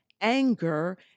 anger